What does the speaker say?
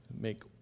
make